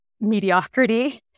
mediocrity